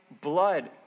blood